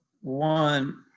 one